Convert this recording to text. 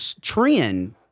trend